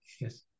yes